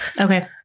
Okay